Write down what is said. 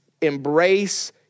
Embrace